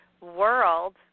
world